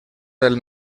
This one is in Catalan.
del